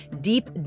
deep